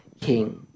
King